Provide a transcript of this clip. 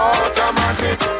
Automatic